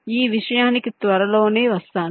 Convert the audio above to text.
ఈ విషయానికి త్వరలోనే వస్తాను